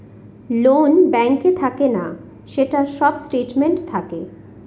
loan ব্যাঙ্কে থাকে না, সেটার সব স্টেটমেন্ট থাকে